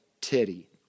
titty